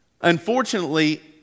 Unfortunately